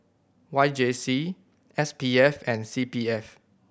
Y J C S P F and C P F